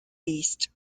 east